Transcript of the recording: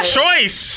choice